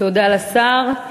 תודה לשר.